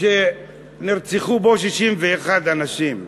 שנרצחו בו 61 אנשים.